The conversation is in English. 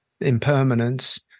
impermanence